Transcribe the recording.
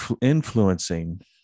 influencing